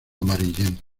amarillento